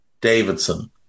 Davidson